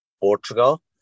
Portugal